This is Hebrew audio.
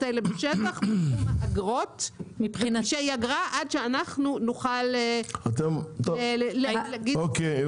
האלה בשטח בתחום האגרות שהיא אגרה עד שאנחנו נוכל להגיד --- אוקיי,